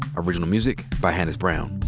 original music by hannis brown.